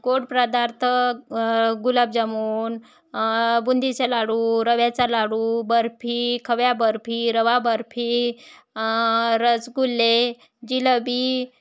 गोड पदार्थ गुलाबजामुन बुंदीचे लाडू रव्याचा लाडू बर्फी खवा बर्फी रवा बर्फी रसगुल्ले जिलेबी